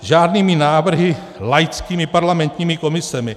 Žádnými návrhy laickými parlamentními komisemi.